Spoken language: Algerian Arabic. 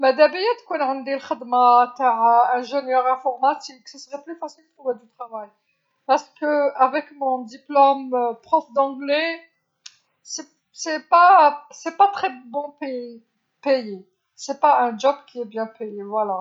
مذا بيا تكون عندي الخدمة تع مهندس كمبيوتر سيكون من الأسهل بالنسبة لي العمل، لأنه مع شهادة مدرس اللغة الإنجليزية، فأنا لست لست جيدًا جدًا في الجر، إنها ليست وظيفة جيدة الأجر، هذا كل شيء.